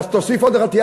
תוסיף עוד אחת,